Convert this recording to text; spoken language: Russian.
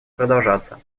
продолжаться